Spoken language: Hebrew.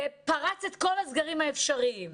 זה פרץ את כל הסגרים האפשריים.